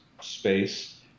space